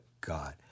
God